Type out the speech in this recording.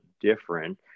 different